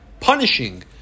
punishing